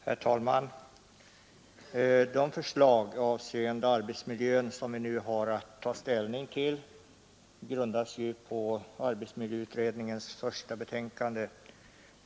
Herr talman! De förslag avseende arbetsmiljön som vi nu har att ta ställning till grundas på arbetsmiljöutredningens första betänkande.